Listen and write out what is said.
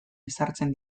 ezartzen